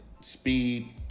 speed